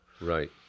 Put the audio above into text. Right